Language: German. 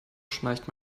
schnarcht